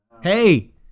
Hey